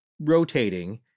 rotating